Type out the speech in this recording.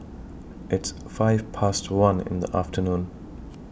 its five Past one in The afternoon